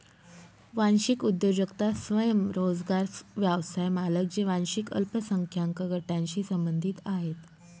वांशिक उद्योजकता स्वयंरोजगार व्यवसाय मालक जे वांशिक अल्पसंख्याक गटांशी संबंधित आहेत